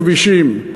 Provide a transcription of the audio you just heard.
כבישים,